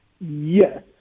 Yes